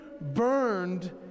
burned